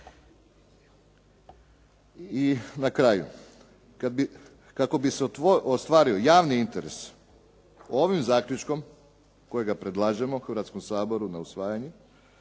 I na kraju, kako bi se ostvario javni interes ovim zaključkom kojega predlažemo Hrvatskom saboru na usvajanje